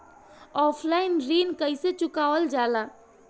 Offline ऋण कइसे चुकवाल जाला?